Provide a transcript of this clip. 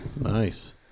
nice